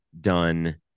done